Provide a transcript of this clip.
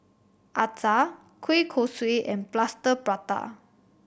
acar kueh kosui and Plaster Prata